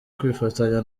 kwifatanya